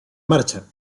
marcha